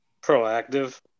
proactive